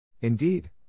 Indeed